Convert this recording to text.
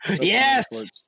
Yes